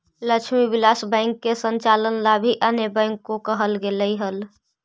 Lakshmi Vilas Bank के संचालन ला भी अन्य बैंक को कहल गेलइ हल